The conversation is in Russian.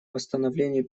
восстановлению